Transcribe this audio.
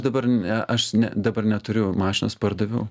dabar ne aš ne dabar neturiu mašinos pardaviau